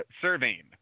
surveying